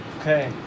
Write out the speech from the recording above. Okay